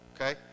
Okay